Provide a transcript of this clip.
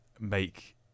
make